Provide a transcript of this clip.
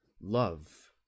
Love